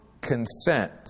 consent